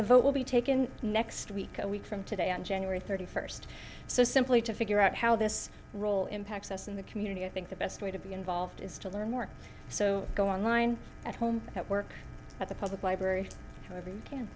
the vote will be taken next week a week from today on january thirty first so simply to figure out how this role impacts us in the community i think the best way to be involved is to learn more so go online at home at work at the public library